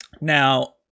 now